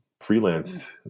freelance